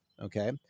okay